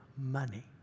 money